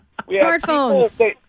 Smartphones